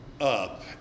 up